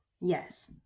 Yes